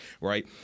right